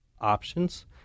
options